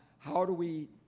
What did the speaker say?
how do we